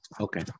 Okay